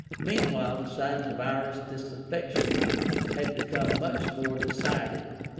meanwhile the signs of irish disaffection had become much more decided